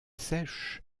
sèche